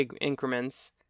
increments